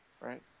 right